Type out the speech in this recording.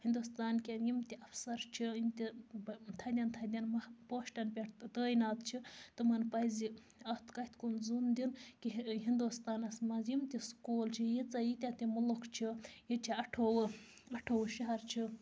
ہِنٛدوستان کیٚن یِم تہِ اَفسَر چھِ یِم تہِ بہٕ تھدیٚن تھدیٚن ما پوشٹَن پٮ۪ٹھ تایِنات چھِ تٔمَن پَزِ اَتھ کَتھِ کُن زوٚن دیُن کہ ہِنٛدوستانَس منٛز یِم تہِ سکوٗل چھِ ییٖژاہ ییٖتیاہ مُلُک چھِ ییٚتہِ چھِ اَٹھووُہ اَٹھووُہ شہر چھِ